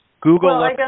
Google